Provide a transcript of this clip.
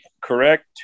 correct